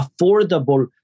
affordable